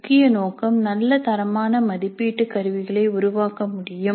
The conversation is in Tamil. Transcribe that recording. முக்கிய நோக்கம் நல்ல தரமான மதிப்பீட்டு கருவிகளை உருவாக்க முடியும்